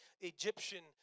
Egyptian